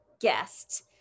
guest